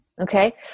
okay